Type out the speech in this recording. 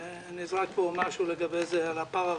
נאמר פה משהו על הפרה-רפואיים,